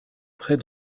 près